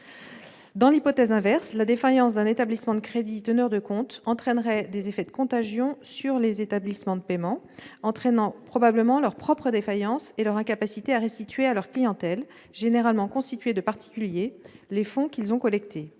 Dans l'hypothèse inverse, la défaillance d'un établissement de crédit teneur de compte entraînerait des effets de contagion sur les établissements de paiement, entraînant probablement leur propre défaillance et leur incapacité à restituer à leur clientèle- généralement constituée de particuliers -les fonds qu'ils ont collectés.